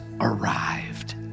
arrived